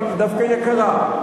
היא דווקא יקרה.